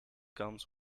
comes